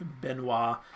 Benoit